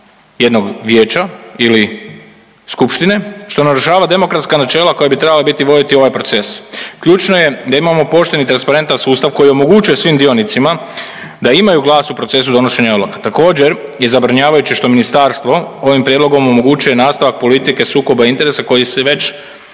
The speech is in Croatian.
jednog vijeća ili skupštine, što narušava demokratska načela koja bi trebala biti i voditi ovaj proces. Ključno je da imamo pošten i transparentan sustav koji omogućuje svim dionicima da imaju glas u procesu donošenja odluka. Također je zabrinjavajuće što Ministarstvo ovim prijedlogom omogućuje nastavak politike sukoba interesa koji se već